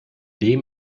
dem